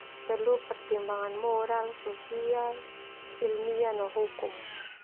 Perlu pertimbangan moral, sosial, ilmiah, no hukum.